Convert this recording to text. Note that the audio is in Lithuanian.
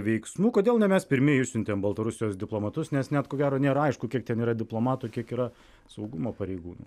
veiksmų kodėl ne mes pirmi išsiuntėm baltarusijos diplomatus nes net ko gero nėra aišku kiek ten yra diplomatų kiek yra saugumo pareigūnų